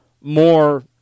more